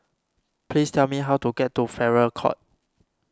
please tell me how to get to Farrer Court